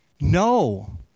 No